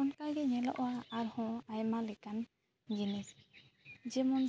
ᱚᱱᱠᱟᱜᱮ ᱧᱮᱞᱚᱜᱼᱟ ᱟᱨᱦᱚᱸ ᱟᱭᱢᱟ ᱞᱮᱠᱟᱱ ᱡᱤᱱᱤᱥ ᱡᱮᱢᱚᱱ